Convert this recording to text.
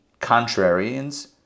contrarians